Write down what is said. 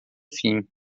fim